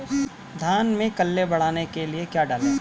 धान में कल्ले बढ़ाने के लिए क्या डालें?